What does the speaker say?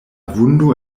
vundo